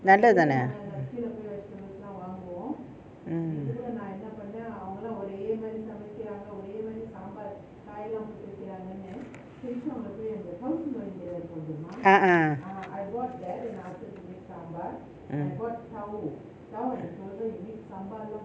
பேட்ட தானே:petta thaane mm ah ah mm